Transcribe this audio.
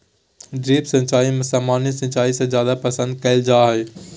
drip सिंचाई सामान्य सिंचाई से जादे पसंद कईल जा हई